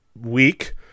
week